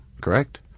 Correct